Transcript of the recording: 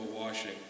washing